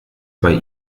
bei